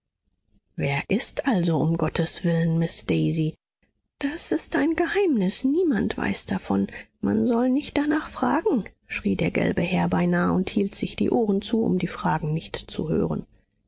wer ist also um gottes willen miß daisy das ist ein geheimnis niemand weiß davon man soll nicht danach fragen schrie der gelbe herr beinah und hielt sich die ohren zu um die fragen nicht zu hören